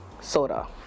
Soda